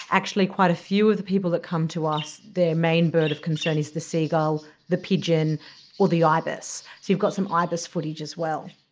actually quite a few of the people that come to us, their main bird of concern is the seagull, the pigeon or the ibis. so you've got some ibis footage as well.